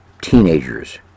teenagers